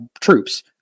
troops